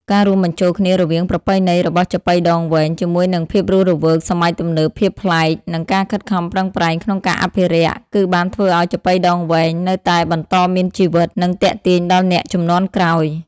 ការរួមបញ្ចូលគ្នារវាងប្រពៃណីរបស់ចាប៉ីដងវែងជាមួយនឹងភាពរស់រវើកសម័យទំនើប ភាពប្លែក និងការខិតខំប្រឹងប្រែងក្នុងការអភិរក្ស គឺបានធ្វើឱ្យចាប៉ីដងវែងនៅតែបន្តមានជីវិត និងទាក់ទាញដល់អ្នកជំនាន់ក្រោយ។